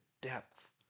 depth